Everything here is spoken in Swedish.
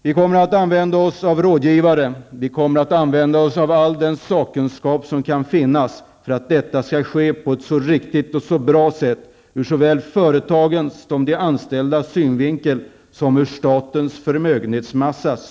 Vi kommer att använda oss av rådgivare och all den sakkunskap som kan finnas för att detta skall ske på ett så riktigt och bra sätt som möjligt ur såväl företagens som de anställdas synvinkel och med hänsyn till statens förmögenhetsmassa.